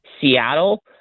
Seattle